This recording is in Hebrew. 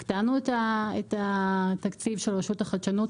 הקטנו את התקציב של רשות החדשנות,